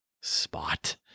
spot